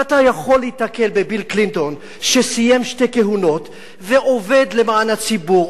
ואתה יכול להיתקל בביל קלינטון שסיים שתי כהונות ועובד למען הציבור,